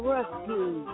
Rescue